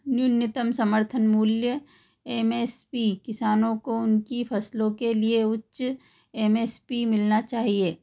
न्यूनतम समर्थन मूल्य एम एस पी किसानों को उनकी फसलों के लिए उच्च एम एस पी मिलना चाहिए